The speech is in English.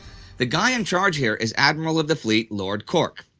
the guy in charge here is admiral of the fleet lord cork.